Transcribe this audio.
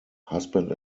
husband